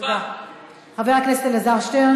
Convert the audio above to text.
שתתבגר כבר, הילדה הזאת.